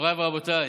מוריי ורבותיי,